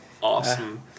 Awesome